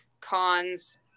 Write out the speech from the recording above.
cons